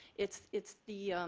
it's it's the